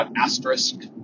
asterisk